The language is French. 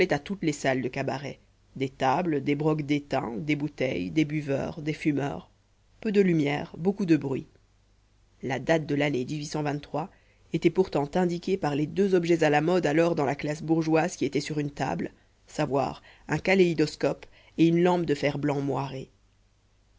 à toutes les salles de cabaret des tables des brocs d'étain des bouteilles des buveurs des fumeurs peu de lumière beaucoup de bruit la date de l'année était pourtant indiquée par les deux objets à la mode alors dans la classe bourgeoise qui étaient sur une table savoir un kaléidoscope et une lampe de fer-blanc moiré